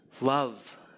love